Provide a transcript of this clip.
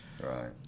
Right